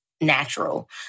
natural